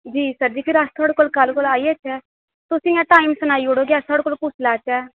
जी sir जी फ्ही अस थुआढ़े कोल कल्ल कोला आई जाचै ते तुस इंया टाईम सनाई ओड़ो कि अस कुसलै आचै